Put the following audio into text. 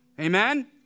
Amen